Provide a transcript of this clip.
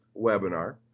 webinar